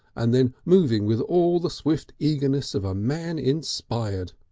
and then moving with all the swift eagerness of a man inspired.